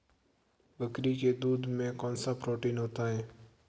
बकरी के दूध में कौनसा प्रोटीन होता है?